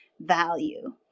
value